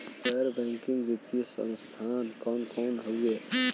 गैर बैकिंग वित्तीय संस्थान कौन कौन हउवे?